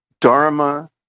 dharma